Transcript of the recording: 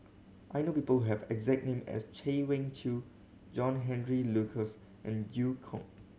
I know people who have the exact name as Chay Weng Yew John Henry Duclos and Eu Kong